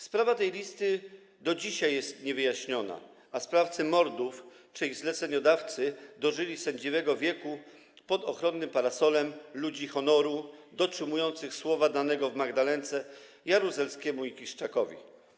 Sprawa tej listy do dzisiaj jest niewyjaśniona, a sprawcy mordów czy ich zleceniodawcy dożyli sędziwego wieku pod ochronnym parasolem „ludzi honoru” dotrzymujących słowa danego w Magdalence Jaruzelskiemu i Kiszczakowi.